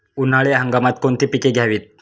उन्हाळी हंगामात कोणती पिके घ्यावीत?